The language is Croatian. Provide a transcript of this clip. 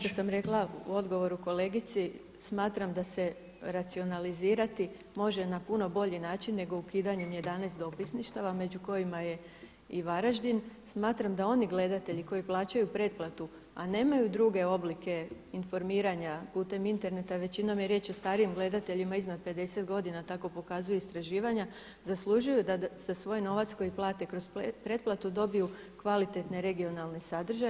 Ja sam rekla u odgovoru kolegici, smatram da se racionalizirati može na puno bolji način nego ukidanjem 11 dopisništava među kojima je i Varaždin smatram da oni gledatelji koji plaćaju pretplatu a nemaju druge oblike informiranja putem interneta, većinom je riječ o starijim gledateljima iznad 50 godina, tako pokazuju istraživanja, zaslužuju da za svoj novac koji plate kroz pretplatu dobiju kvalitetne regionalne sadržaje.